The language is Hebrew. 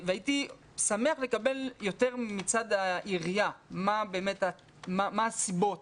הייתי שמח לקבל יותר מצד העירייה, מה הסיבות